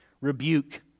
rebuke